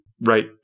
Right